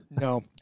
No